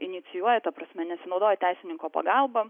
inicijuoja ta prasme nesinaudoja teisininko pagalba